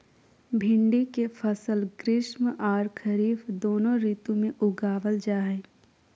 भिंडी के फसल ग्रीष्म आर खरीफ दोनों ऋतु में उगावल जा हई